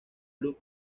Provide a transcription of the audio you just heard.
blue